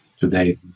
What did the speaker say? today